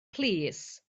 plîs